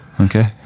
Okay